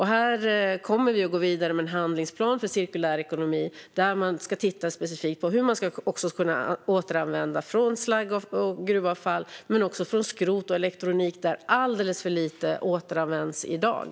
Här kommer vi att gå vidare med en handlingsplan för cirkulär ekonomi, där man ska titta specifikt på hur man ska kunna återanvända ämnen från slagg och gruvavfall men också från skrot och elektronik, där alldeles för lite återanvänds i dag.